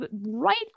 right